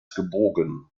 gebogen